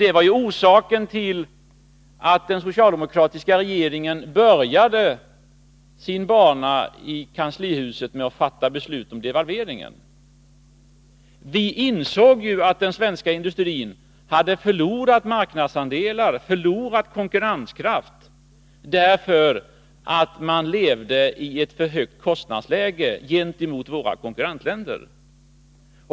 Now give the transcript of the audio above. Det var också orsaken till att den socialdemokratiska regeringen började sin bana i kanslihuset med att fatta beslut om devalveringen. Vi ansåg att den svenska industrin hade förlorat marknadsandelar, förlorat konkurrenskraft, därför att kostnadsläget här var för högt i jämförelse med våra konkurrentländer.